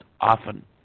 often